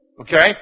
Okay